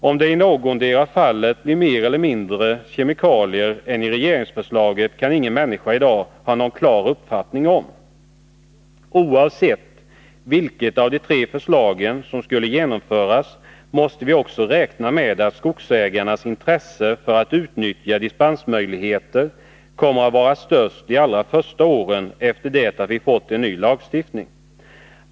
Om det i någotdera fallet blir mer eller mindre kemikalier än i regeringsförslaget kan ingen människa i dag ha någon klar uppfattning om. Oavsett vilket av de tre förslagen som skulle genomföras, måste vi också räkna med att skogsägarnas intresse för att utnyttja dispensmöjligheter kommer att vara störst de allra första åren efter det att vi fått en ny lagstiftning.